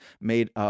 made